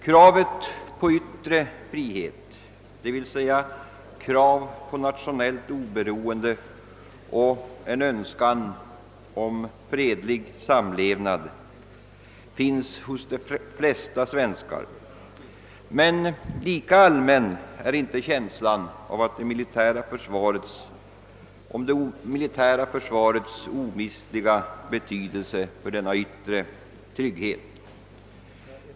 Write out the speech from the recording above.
Kravet på yttre trygghet, d. v. s. kra vet på nationellt oberoende, och en önskan om fredlig samlevnad finns hos de flesta svenskar. Men lika allmän är inte känslan av det militära försvarets omistliga betydelse för denna yttre trygghet.